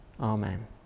Amen